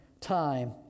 time